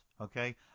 okay